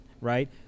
right